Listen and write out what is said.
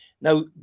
Now